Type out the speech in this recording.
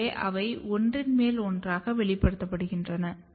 எனவே அவை ஒன்றின் மேல் ஒன்றாக வெளிப்படுத்துகின்றன